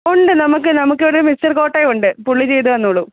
ഉണ്ട് നമുക്ക് നമുക്കിവിടെ മിസ്റ്റർ കോട്ടയമുണ്ട് പുള്ളി ചെയ്ത ചെയ്ത് തന്നോളും